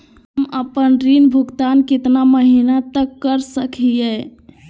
हम आपन ऋण भुगतान कितना महीना तक कर सक ही?